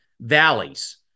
valleys